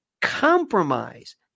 compromise